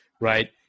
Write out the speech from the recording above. right